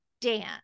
dance